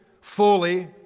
fully